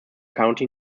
county